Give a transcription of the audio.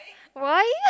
why